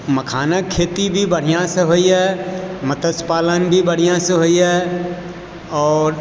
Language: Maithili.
मखानक खेती भी बढ़िआँसँ होइए मत्स्य पालन भी बढ़िआँसँ होइए आओर